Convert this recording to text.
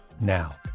now